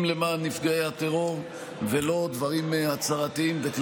למען נפגעי הטרור ולא דברים הצהרתיים,